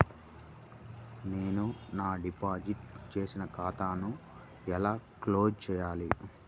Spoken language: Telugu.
నేను నా డిపాజిట్ చేసిన ఖాతాను ఎలా క్లోజ్ చేయాలి?